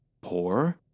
Poor